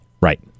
Right